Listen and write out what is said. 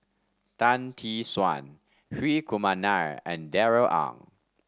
Tan Tee Suan Hri Kumar Nair and Darrell Ang